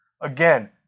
Again